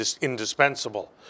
indispensable